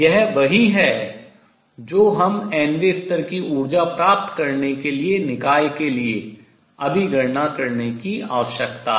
यह वही है जो हमें nवें स्तर की ऊर्जा प्राप्त करने के लिए निकाय के लिए अभी गणना करने की आवश्यकता है